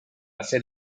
hacer